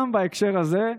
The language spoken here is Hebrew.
גם בהקשר הזה,